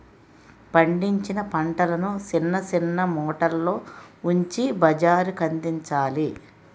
పండించిన పంటలను సిన్న సిన్న మూటల్లో ఉంచి బజారుకందించాలి